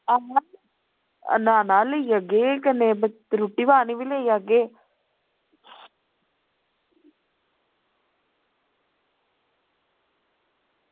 आं ना ना लेई जाह्गे कन्नै रुट्टी पानी बी लेई जाह्गे